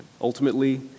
Ultimately